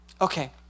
Okay